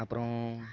அப்புறம்